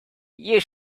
you